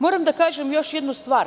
Moram da kažem još jednu stvar.